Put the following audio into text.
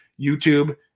YouTube